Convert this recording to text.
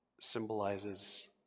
symbolizes